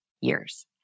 years